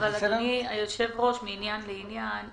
אדוני היושב ראש, מעניין לעניין.